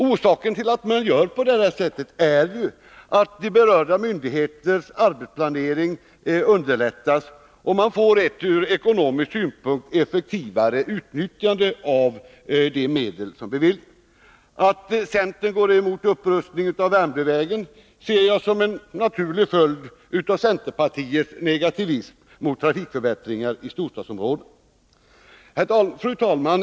Orsaken till att vi gör på det sättet är att de berörda myndigheternas arbetsplanering underlättas och att man får ett ur ekonomisk synpunkt effektivare utnyttjande av de medel som beviljas. Att centern går emot en upprustning av Värmdövägen ser jag som en naturlig följd av centerpartiets negativism mot trafikförbättringar i storstadsområdena. Fru talman!